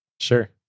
Sure